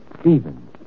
Stephen